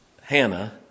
Hannah